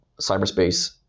cyberspace